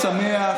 זה יום משמח.